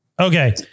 Okay